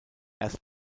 erst